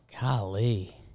golly